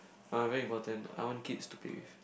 uh very important I want kids to play with